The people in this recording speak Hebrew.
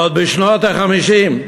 עוד בשנות ה-50,